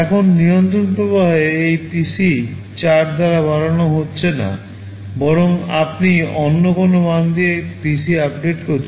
এখন নিয়ন্ত্রণ প্রবাহে এই PC 4 দ্বারা বাড়ানো হচ্ছে না বরং আপনি অন্য কোনও মান দিয়ে PC আপডেট করছেন